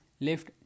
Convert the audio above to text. left